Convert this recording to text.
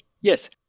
Yes